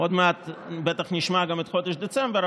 עוד מעט בטח נשמע גם את חודש דצמבר,